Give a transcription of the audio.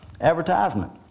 advertisement